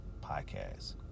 Podcast